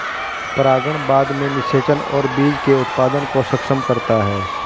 परागण बाद में निषेचन और बीज के उत्पादन को सक्षम करता है